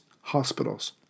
hospitals